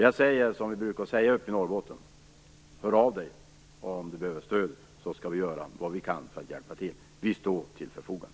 Jag säger som vi brukar säga uppe i Norrbotten: Hör av dig om du behöver stöd, så skall vi göra vad vi kan för att hjälpa till. Vi står till förfogande.